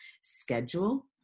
schedule